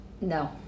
No